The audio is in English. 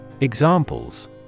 Examples